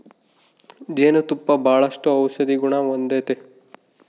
ಜೇನು ತುಪ್ಪ ಬಾಳಷ್ಟು ಔಷದಿಗುಣ ಹೊಂದತತೆ